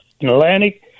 Atlantic